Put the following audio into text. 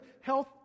health